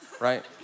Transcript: right